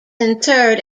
interred